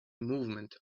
movement